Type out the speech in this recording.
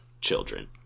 children